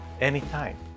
anytime